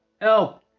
Help